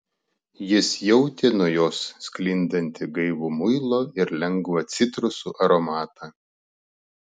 jis jautė nuo jos sklindantį gaivų muilo ir lengvą citrusų aromatą